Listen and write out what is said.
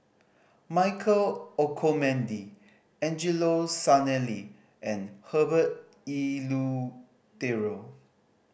Michael Olcomendy Angelo Sanelli and Herbert Eleuterio